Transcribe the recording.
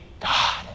God